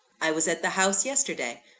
i was at the house, yesterday.